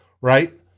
right